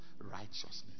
righteousness